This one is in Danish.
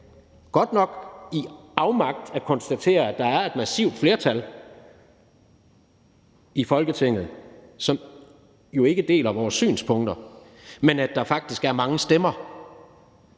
godt nok i afmagt måtte konstatere, at der er et massivt flertal i Folketinget, som ikke deler vores synspunkter, men samtidig høre, at der faktisk er mange, der